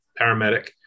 paramedic